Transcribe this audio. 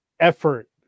Effort